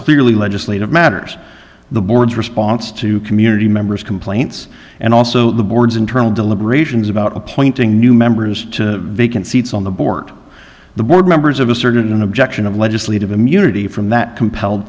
clearly legislative matters the board's response to community members complaints and also the board's internal deliberations about appointing new members to vacant seats on the board the board members of asserted an objection of legislative immunity from that compelled